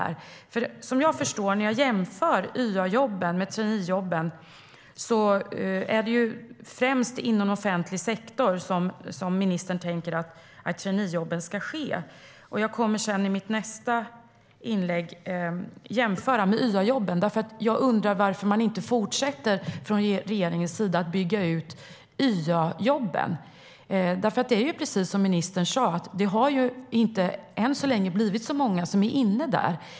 Till skillnad från YA-jobben är det, enligt ministern, främst inom offentlig sektor som traineejobben ska finnas. I mitt nästa inlägg kommer jag att jämföra med YA-jobben. Jag undrar varför regeringen inte fortsätter att bygga ut YA-jobben. Precis som ministern sa har det än så länge inte blivit så många YA-jobb.